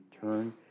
turn